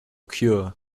cure